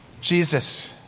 Jesus